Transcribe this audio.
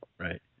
Right